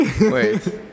Wait